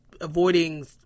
avoiding